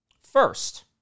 First